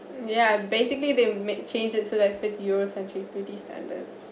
ya basically they would make changes so that fits your century beauty standards